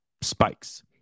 spikes